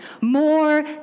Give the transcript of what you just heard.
more